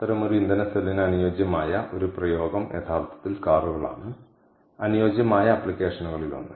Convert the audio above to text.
അത്തരമൊരു ഇന്ധന സെല്ലിന് അനുയോജ്യമായ ഒരു പ്രയോഗം യഥാർത്ഥത്തിൽ കാറുകളാണ് അനുയോജ്യമായ ആപ്ലിക്കേഷനുകളിൽ ഒന്ന്